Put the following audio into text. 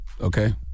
Okay